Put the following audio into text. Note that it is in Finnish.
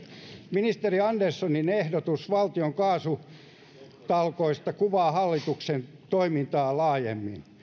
ministeri anderssonin ehdotus valtion kaasutalkoista kuvaa hallituksen toimintaa laajemmin